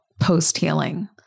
post-healing